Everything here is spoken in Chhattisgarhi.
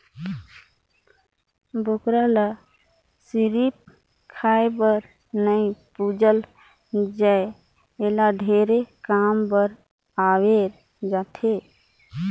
बोकरा ल सिरिफ खाए बर नइ पूजल जाए एला ढेरे काम बर बउरे जाथे